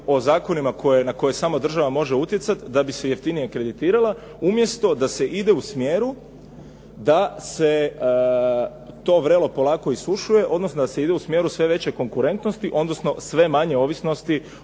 o zakonima na koje samo država može utjecati da bi se jeftinije kreditirala, umjesto da se ide u smjeru da se to vrelo polako isušuje, odnosno da se ide u smjeru sve veće konkurentnosti, odnosno sve manje ovisnosti